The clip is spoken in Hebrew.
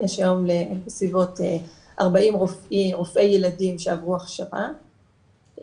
יש היום בסביבות 40 רופאי ילדים שעברו הכשרה,